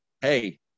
hey